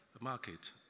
market